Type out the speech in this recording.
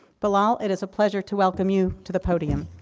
bilal, it is a pleasure to welcome you, to the podium.